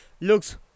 looks